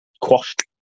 quashed